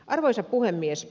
arvoisa puhemies